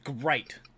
great